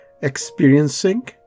experiencing